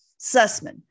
Sussman